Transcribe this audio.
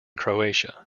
croatia